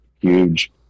huge